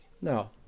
No